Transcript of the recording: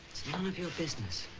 none of your business.